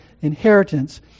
inheritance